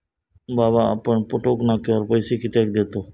बाबा आपण टोक नाक्यावर पैसे कित्याक देतव?